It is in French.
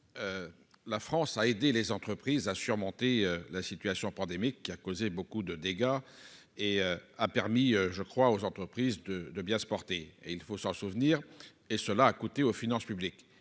la France à aider les entreprises à surmonter la situation pandémique qui a causé beaucoup de dégâts et a permis, je crois, aux entreprises de de bien se porter et il faut s'en souvenir, et cela a coûté aux finances publiques